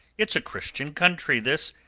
it's a christian country, this,